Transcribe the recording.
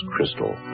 Crystal